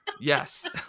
Yes